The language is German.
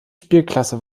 spielklasse